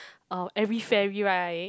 uh every fairy right